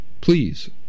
Please